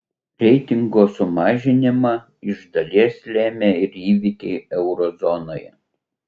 reitingo sumažinimą iš dalies lėmė ir įvykiai euro zonoje